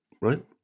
right